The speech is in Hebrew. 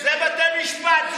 זה בתי משפט,